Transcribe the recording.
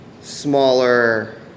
smaller